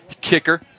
kicker